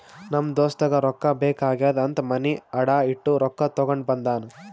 ನಮ್ ದೋಸ್ತಗ ರೊಕ್ಕಾ ಬೇಕ್ ಆಗ್ಯಾದ್ ಅಂತ್ ಮನಿ ಅಡಾ ಇಟ್ಟು ರೊಕ್ಕಾ ತಗೊಂಡ ಬಂದಾನ್